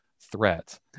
threat